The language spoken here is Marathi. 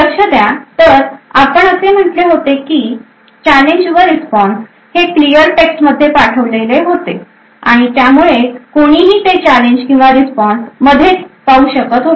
लक्ष द्या तर आपण असे म्हटले होते की चॅलेंज व रिस्पॉन्स हे क्लियर टेक्स्ट मध्ये पाठवलेले होते आणि त्यामुळे कोणीही ते चॅलेंज किंवा रिस्पॉन्स मध्येच पाहू शकत होते